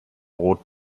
roth